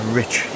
rich